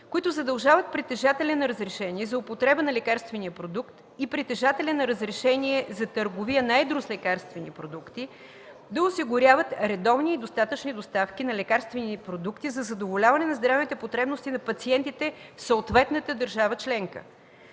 които задължават притежателя на разрешение за употреба на лекарствен продукт и притежателя на разрешение за търговия на едро с лекарствени продукти да осигуряват редовни и достатъчни доставки на лекарствени продукти за задоволяване на здравните потребности на пациентите в съответната държава членка.